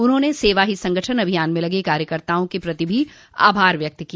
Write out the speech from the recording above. उन्होंने सेवा ही संगठन अभियान में लगे कार्यकर्ताओं के प्रति भी आभार व्यक्त किया